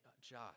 Josh